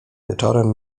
wieczorem